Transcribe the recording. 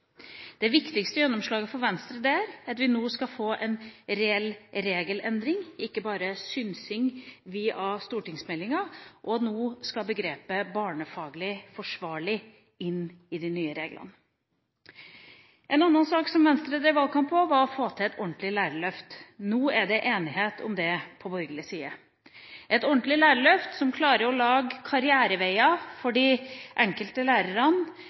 Det viktigste gjennomslaget for Venstre der er at vi nå skal få en reell regelendring, ikke bare synsing via stortingsmeldinger, og at begrepet «barnefaglig forsvarlig» nå skal inn i de nye reglene. En annen sak som Venstre drev valgkamp på, var å få til et ordentlig lærerløft. Nå er det enighet om det på borgerlig side – et ordentlig lærerløft som klarer å lage karriereveier for de enkelte lærerne,